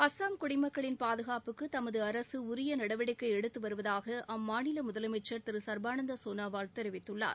அஸ்ஸாம் குடிமக்களின் பாதகாப்புக்கு தமது அரசு உரிய நடவடிக்கை எடுத்து வருவதாக அம்மாநில முதலமைச்சர் திரு சர்பானந்தா சோனோவால் தெரிவித்துள்ளார்